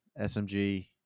SMG